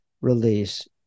release